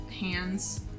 hands